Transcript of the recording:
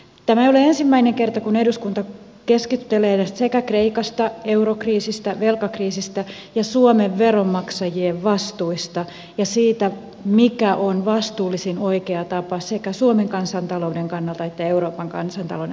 tämä ei ole ensimmäinen kerta kun eduskunta keskustelee sekä kreikasta eurokriisistä velkakriisistä että suomen veronmaksajien vastuista ja siitä mikä on vastuullisin oikea tapa sekä suomen kansantalouden kannalta että euroopan kansantalouden kannalta